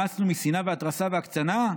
מאסנו בשנאה והתרסה והקצנה,